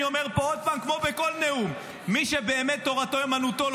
אני אומר פה עוד פעם כמו בכל נאום: מי שבאמת תורתו אומנותו,